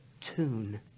tune